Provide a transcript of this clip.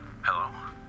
Hello